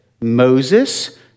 moses